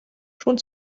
schon